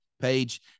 page